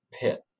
pit